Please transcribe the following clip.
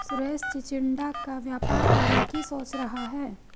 सुरेश चिचिण्डा का व्यापार करने की सोच रहा है